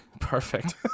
Perfect